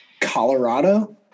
Colorado